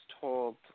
told